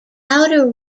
outer